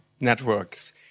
networks